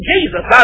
Jesus